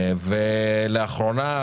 ולאחרונה,